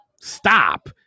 stop